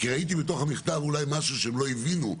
כי ראיתי במכתב משהו שהם אולי לא הבינו,